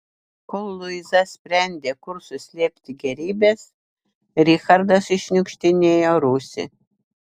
kol luiza sprendė kur suslėpti gėrybes richardas iššniukštinėjo rūsį